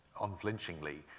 unflinchingly